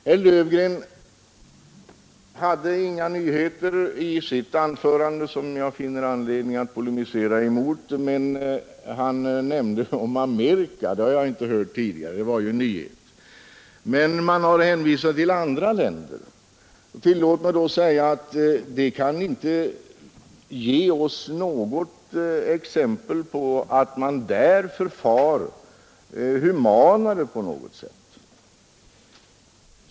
Herr Löfgren hade inga nyheter i sitt anförande som jag finner anledning att polemisera mot, men han omnämnde Amerika. Det har jag inte hört tidigare — det var en nyhet. Man har emellertid hänvisat till andra länder. Tillåt mig då säga att detta kan inte ge oss något exempel på att man där förfar humanare.